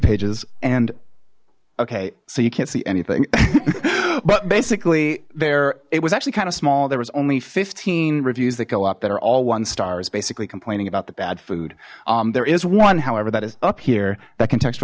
pages and okay so you can't see anything but basically there it was actually kind of small there was only fifteen reviews that go up that are all one star is basically complaining about the bad food there is one however that is up here that context